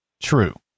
true